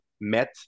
met